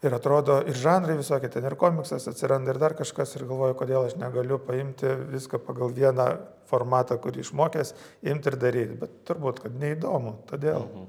ir atrodo ir žanrai visokie ten ir komiksas atsiranda ir dar kažkas ir galvoju kodėl aš negaliu paimti viską pagal vieną formatą kurį išmokęs imt ir daryt bet turbūt kad neįdomu todėl